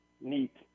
neat